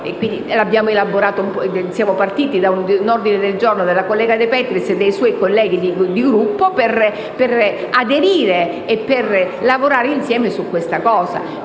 Siamo partiti da un ordine del giorno della collega De Petris e dei sui colleghi di Gruppo per aderire e lavorare insieme all'impostazione